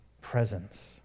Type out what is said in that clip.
presence